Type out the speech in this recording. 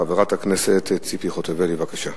חברת הכנסת ציפי חוטובלי, בבקשה.